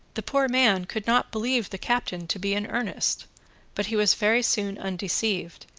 the poor man could not believe the captain to be in earnest but he was very soon undeceived,